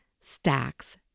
stacks